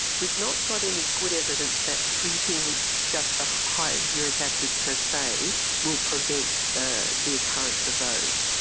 we've not got any good evidence that treating just the high uric acid per se will prevent ah the occurrence of those.